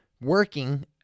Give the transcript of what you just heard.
working